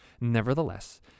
Nevertheless